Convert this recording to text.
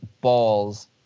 balls